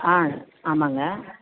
ஆ ஆமாங்க